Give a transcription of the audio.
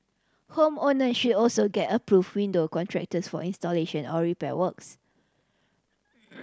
home owner should also get approved window contractors for installation or repair works